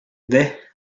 day